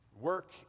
work